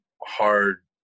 hard